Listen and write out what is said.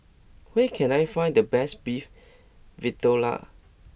where can I find the best Beef Vindaloo